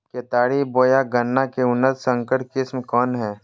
केतारी बोया गन्ना के उन्नत संकर किस्म कौन है?